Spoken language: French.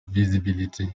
visibilité